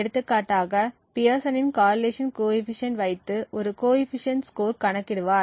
எடுத்துகாட்டாக பியர்சனின் காரிலேஷன் கோஎபிசியன்ட்Pearsons Correlation Coefficient வைத்து ஒரு கோஎபிசியன்ட் ஸ்கோர் கணக்கிடுவார்